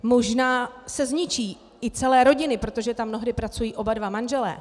Možná se zničí i celé rodiny, protože tam mnohdy pracují oba manželé.